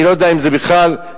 אני לא יודע אם זה בכלל קיים,